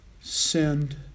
Send